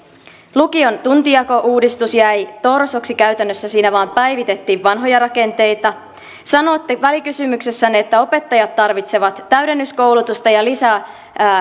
lukion tuntijakouudistus jäi torsoksi käytännössä siinä vain päivitettiin vanhoja rakenteita sanotte välikysymyksessänne että opettajat tarvitsevat täydennyskoulutusta ja lisää